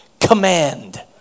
command